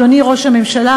אדוני ראש הממשלה,